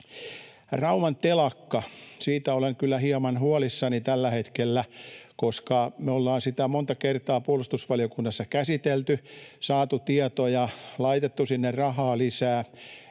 Rauman telakka — siitä olen kyllä hieman huolissani tällä hetkellä, koska me ollaan sitä monta kertaa puolustusvaliokunnassa käsitelty, saatu tietoja, laitettu sinne rahaa lisää,